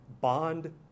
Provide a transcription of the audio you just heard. bond